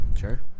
sure